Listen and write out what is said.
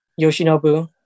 yoshinobu